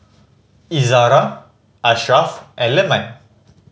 Izara Ashraff and Leman